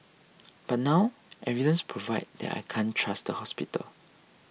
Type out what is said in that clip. but now evidence provide that I can't trust the hospital